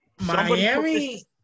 Miami